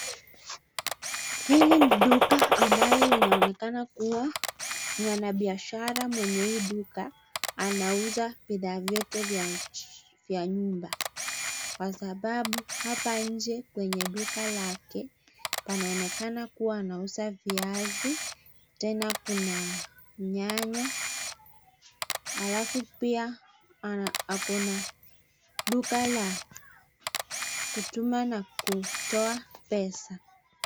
Hili ni duka ambalo linaonekana kuwa mwana biashara mwenye hii duka anauza bidhaa vyote vya nyumba kwa sababu hapa nje kwenye duka lake panaonekana kuwa anauza viazi, tena kuna nyanya, halafu pia ako na duka la kutuma na kutoa pesa.